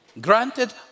granted